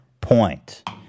point